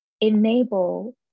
enable